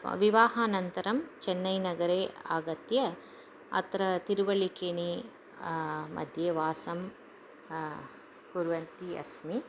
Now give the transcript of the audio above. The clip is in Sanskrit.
विवाहानन्तरं चेन्नैनगरे आगत्य अत्र तिरुवळ्ळिकेणिमध्ये वासं कुर्वन्ती अस्मि